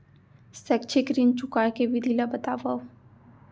शैक्षिक ऋण चुकाए के विधि ला बतावव